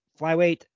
Flyweight